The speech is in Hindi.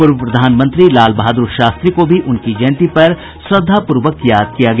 पूर्व प्रधानमंत्री लाल बहादुर शास्त्री को भी उनकी जयंती पर श्रद्धापूर्वक याद किया गया